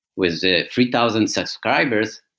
with three thousand subscribers,